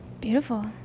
Beautiful